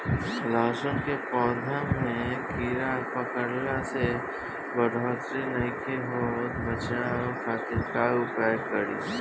लहसुन के पौधा में कीड़ा पकड़ला से बढ़ोतरी नईखे होत बचाव खातिर का उपाय करी?